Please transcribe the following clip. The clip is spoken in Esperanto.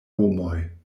homoj